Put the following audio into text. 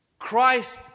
Christ